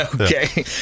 okay